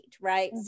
right